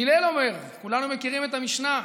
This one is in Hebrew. הלל אומר, וכולנו מכירים את המשנה: